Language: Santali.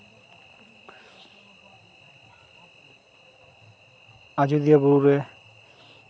ᱟᱡᱚᱫᱤᱭᱟᱹ ᱵᱩᱨᱩ ᱨᱮ